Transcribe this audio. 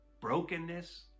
brokenness